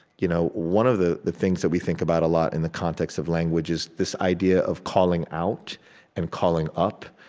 you know one of the the things that we think about a lot in the context of language is this idea of calling out and calling up.